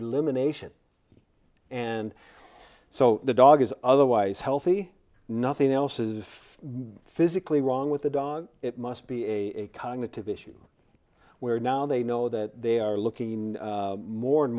the limitation and so the dog is otherwise healthy nothing else is physically wrong with the dog it must be a cognitive issue where now they know that they are looking more and